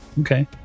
Okay